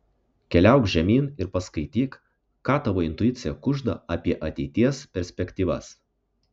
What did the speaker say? keliauk žemyn ir paskaityk ką tavo intuicija kužda apie ateities perspektyvas